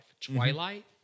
twilight